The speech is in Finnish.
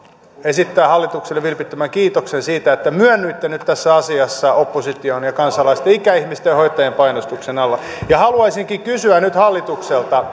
esittää hallitukselle vilpittömän kiitoksen siitä että myönnyitte nyt tässä asiassa opposition ja kansalaisten ikäihmisten ja hoitajien painostuksen alla haluaisinkin kysyä nyt hallitukselta